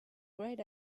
great